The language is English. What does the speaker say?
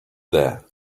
there